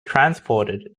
transported